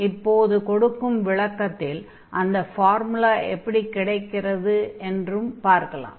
இப்போது கொடுக்கும் விளக்கத்தில் அந்த ஃபார்முலா எப்படி கிடைக்கிறது என்றும் பார்க்கலாம்